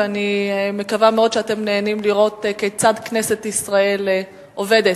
ואני מקווה מאוד שאתם נהנים לראות כיצד כנסת ישראל עובדת.